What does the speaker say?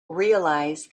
realise